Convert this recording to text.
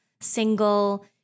single